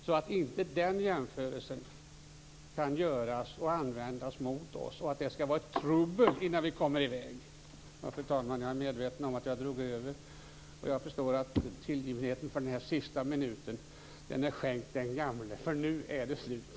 Den jämförelsen skall inte kunna göras och användas mot oss. Det skall inte vara trubbel innan vi kommer i väg. Fru talman! Jag är medveten om att jag drog över tiden. Jag förstår att tillgivenheten för den här sista minuten är skänkt den gamle. För nu är det slut!